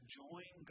join